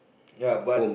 ya what